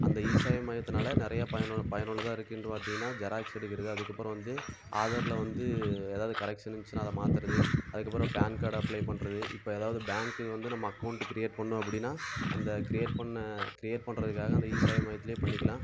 அந்த இசேவை மையத்துனால நிறையா பயனுள்ள பயனுள்ளதாக இருக்குன்ட்டு பார்த்திங்கனா ஜெராக்ஸ் எடுக்கிறது அதற்கப்பறம் வந்து ஆதாரில் வந்து எதாவது கரெக்ஷன் இந்துச்சுன்னா அதை மாற்றுறது அதற்கப்பறம் பான் கார்டு அப்ளை பண்ணுறது இப்போ எதாவது பேங்க்கு வந்து நம்ம அக்கௌண்ட்டு கிரியேட் பண்ணும் அப்படின்னா அந்த கிரியேட் பண்ண கிரியேட் பண்ணுறதுக்காக அந்த இசேவை மையத்துல பண்ணிக்கலாம்